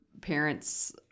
parents